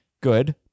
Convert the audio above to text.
good